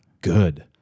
good